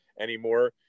anymore